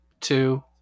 two